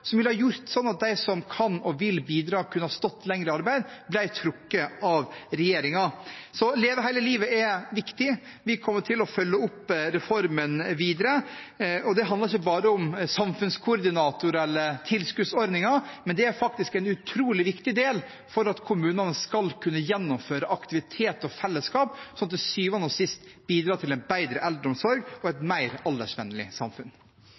som ville ha gjort at de som kan og vil bidra, kunne ha stått lenger i arbeid – ble trukket av regjeringen. Så Leve hele livet er viktig, og vi kommer til å følge opp reformen videre. Det handler ikke bare om samfunnskoordinatorer eller tilskuddsordninger, men det er faktisk en utrolig viktig del for at kommunene skal kunne gjennomføre aktivitet og fellesskap som til syvende og sist bidrar til en bedre eldreomsorg og et mer aldersvennlig samfunn.